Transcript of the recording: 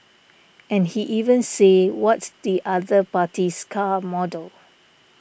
and he can even say what's the other party's car model